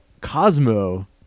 Cosmo